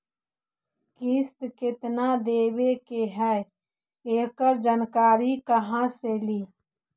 किस्त केत्ना देबे के है एकड़ जानकारी कहा से ली?